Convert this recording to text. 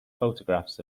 photographs